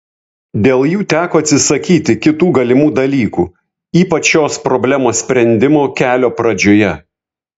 dėl jų teko atsisakyti kitų galimų dalykų ypač šios problemos sprendimo kelio pradžioje